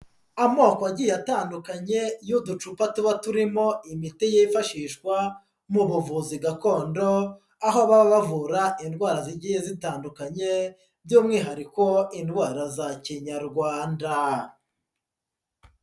Amoko agiye atandukanye y'uducupa tuba turimo imiti yifashishwa mu buvuzi gakondo, aho baba bavura indwara zigiye zitandukanye, by'umwihariko indwara za Kinyarwanda.